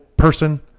person